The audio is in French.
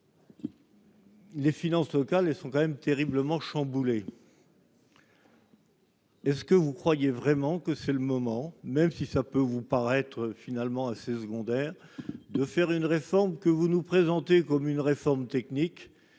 Les finances locales et sont quand même terriblement. Est ce que vous croyez vraiment que c'est le moment même si ça peut vous paraître finalement assez secondaire de faire une réforme que vous nous présentez comme une réforme technique